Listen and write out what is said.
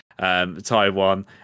Taiwan